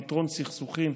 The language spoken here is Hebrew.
פתרון סכסוכים,